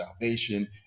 salvation